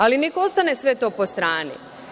Ali, neka ostane sve to po strani.